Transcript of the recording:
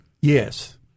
yes